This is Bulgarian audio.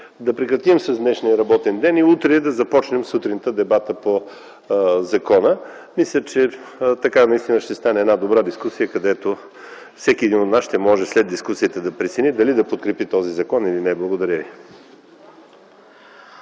да прекратим с днешния работен ден и утре да започнем сутринта дебата по закона. Мисля, че така наистина ще стане една добра дискусия, след която всеки един от нас ще може да прецени дали да подкрепи този закон или не. Благодаря ви.